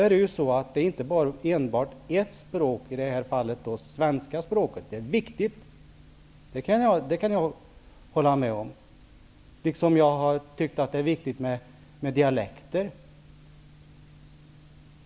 Det handlar inte enbart om ett språk, i det här fallet det svenska språket. Det är viktigt, det kan jag hålla med om, liksom jag anser att det är viktigt med dialekter.